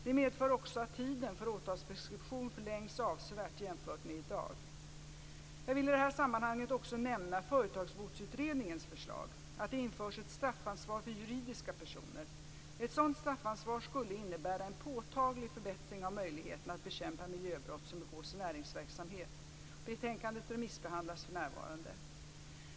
Det medför också att tiden för åtalspreskription förlängs avsevärt jämfört med i dag. Jag vill i det här sammanhanget också nämna Företagsbotsutredningens förslag om att det införs ett straffansvar för juridiska personer. Ett sådant straffansvar skulle innebära en påtaglig förbättring av möjligheterna att bekämpa miljöbrott som begås i näringsverksamhet. Betänkandet remissbehandlas för närvarande.